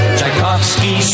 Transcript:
Tchaikovsky